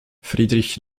friedrich